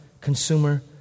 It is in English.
consumer